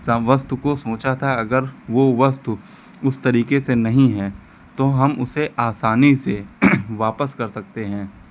सा वस्तु को सोचा था अगर वो वस्तु उस तरीके से नहीं है तो हम उसे आसानी से वापस कर सकते हैं